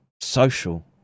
social